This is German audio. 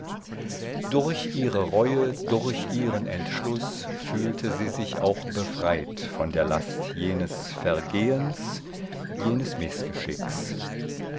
durch ihre reue durch ihren entschluß fühlte sie sich auch befreit von der last jenes vergehens jenes mißgeschicks